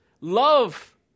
love